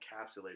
encapsulated